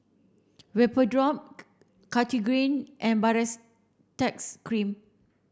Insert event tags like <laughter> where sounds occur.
Vapodrops <unintelligible> Cartigain and <unintelligible> cream